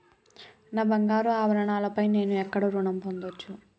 నా బంగారు ఆభరణాలపై నేను ఎక్కడ రుణం పొందచ్చు?